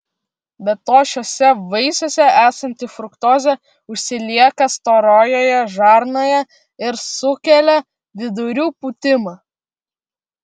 be to šiuose vaisiuose esanti fruktozė užsilieka storojoje žarnoje ir sukelia vidurių pūtimą